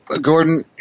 Gordon